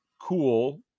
cool